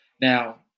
Now